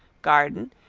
garden,